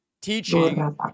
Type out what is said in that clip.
teaching